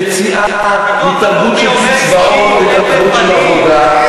ושל יציאה מתרבות של קצבאות לתרבות של עבודה,